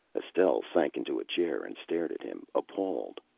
estelle sank into a chair and stared at him, appalled.